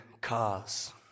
cars